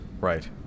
Right